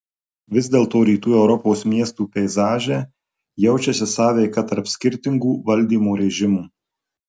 vis dėlto rytų europos miestų peizaže jaučiasi sąveika tarp skirtingų valdymo režimų